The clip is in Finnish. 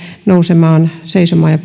nousemaan seisomaan ja